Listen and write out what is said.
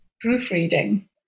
proofreading